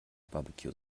barbecue